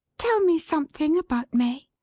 tell me something about may.